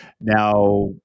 Now